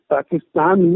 Pakistan